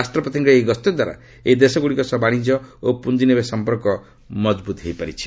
ରାଷ୍ଟ୍ରପତିଙ୍କର ଏହି ଗସ୍ତଦ୍ୱାରା ଏହି ଦେଶଗ୍ରଡ଼ିକ ସହ ବାଶିଜ୍ୟ ଓ ପ୍ରଞ୍ଜିନିବେଶ ସମ୍ପର୍କ ମଜବ୍ରତ୍ ହୋଇପାରିଛି